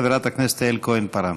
חברת הכנסת יעל כהן-פארן.